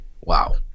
wow